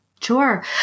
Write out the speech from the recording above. Sure